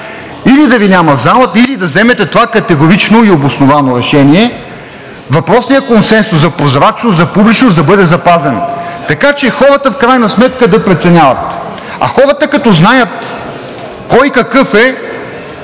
гласуваха „за“; или да вземете това категорично и обосновано решение въпросният консенсус за прозрачност, за публичност да бъде запазен. В крайна сметка хората да преценяват, а хората като знаят кой какъв е,